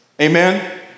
Amen